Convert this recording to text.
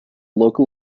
local